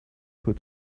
put